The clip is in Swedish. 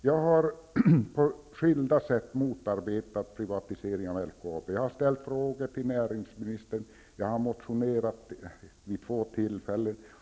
Jag har på skilda sätt motarbetat en privatisering av LKAB. Jag har ställt frågor till näringsministern, och jag har motionerat vid två tillfällen.